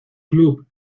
club